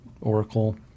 Oracle